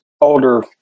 older